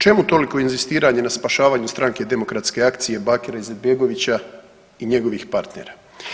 Čemu toliko inzistiranje na spašavanju stranke Demokratske akcije Bakira Izetbegovića i njegovih partnera?